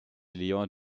lyon